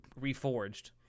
reforged